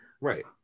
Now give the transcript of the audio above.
right